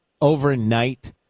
overnight